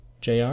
JR